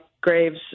Graves